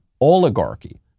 oligarchy